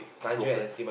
smokers